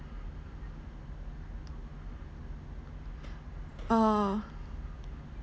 uh